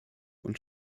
und